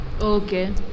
Okay